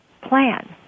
plan